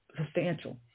substantial